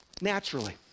naturally